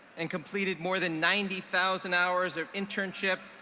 and completed more than ninety thousand hours of internship,